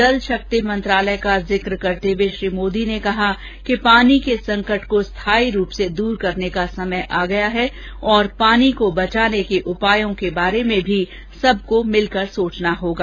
जल शक्ति मंत्रालय का जिक करते हुए श्री मोदी ने कहा कि पानी के संकट को स्थायी रूप से दूर करने का समय आ गया है और पानी को बचाने के उपायों के बारे में भी सबको मिलकर सोचना होगा